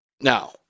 Now